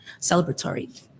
celebratory